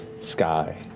sky